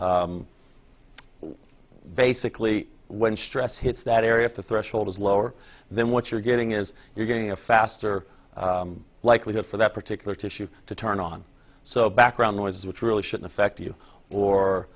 basically when stress hits that area at the threshold is lower then what you're getting is you're getting a faster likelihood for that particular tissue to turn on so background noise which really should affect you